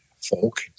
folk